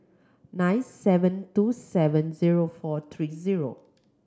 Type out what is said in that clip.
nine seven two seven zero four three zero